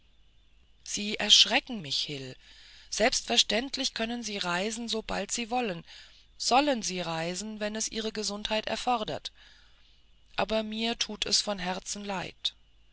sie erschrecken mich hil selbstverständlich können sie reisen sobald sie wollen sollen sie reisen wenn es ihre gesundheit erfordert aber mir tut es von herzen leid